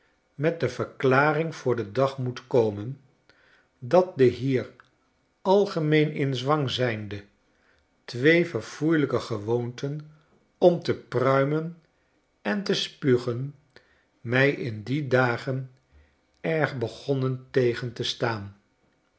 met de verklaring voor den dag moet komen dat de hier algemeen in zwang zijnde twee verfoeilijke gewoonten om te pruimen en te spugen mij in die dagen erg begonnen tegen te staan